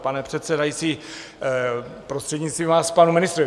Pane předsedající, prostřednictvím vás, k panu ministrovi.